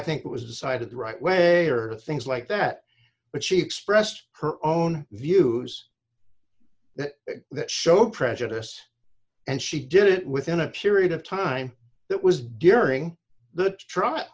think it was decided the right way or things like that but she expressed her own views that that show prejudiced and she did it within a period of time that was during the trial